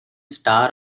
star